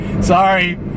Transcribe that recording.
Sorry